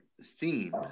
theme